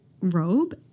robe